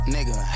Nigga